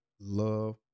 love